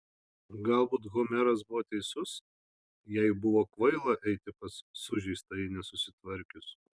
galbūt homeras buvo teisus jai buvo kvaila eiti pas sužeistąjį nesusitvarkius